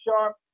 sharp